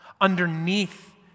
underneath